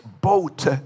boat